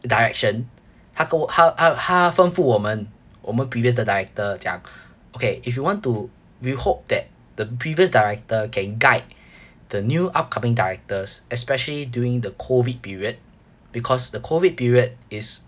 direction 他跟我他他他吩咐我们我们 previous 的 director 讲 okay if you want to we hope that the previous director can guide the new upcoming directors especially during the COVID period because the COVID period is